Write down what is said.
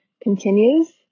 continues